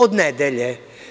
Od nedelje.